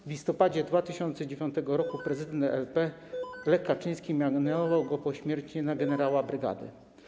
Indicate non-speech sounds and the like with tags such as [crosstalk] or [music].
W listopadzie 2009 r. [noise] prezydent RP Lech Kaczyński mianował go pośmiertnie generałem brygady.